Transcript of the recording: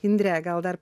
indre gal dar